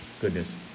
Goodness